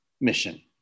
mission